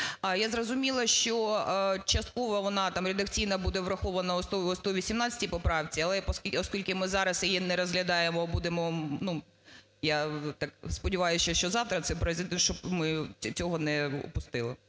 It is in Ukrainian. я зрозуміла, що частково вона там редакційно буде врахована у 118 поправці, але оскільки ми зараз її не розглядаємо, а будемо, я так сподіваюся, що завтра це проізойде, щоб ми цього не упустили.